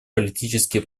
политические